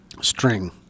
string